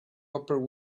upper